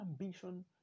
ambition